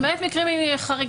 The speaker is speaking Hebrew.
למעט מקרים חריגים,